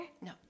No